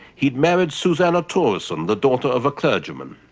he'd married susanna thoreson, the daughter of a clergyman.